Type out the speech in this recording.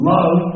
Love